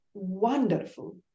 wonderful